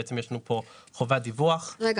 מה